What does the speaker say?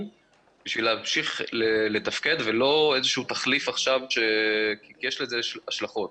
בשביל להמשיך לתפקד ולא איזשהו תחליף עכשיו כשיש לזה השלכות.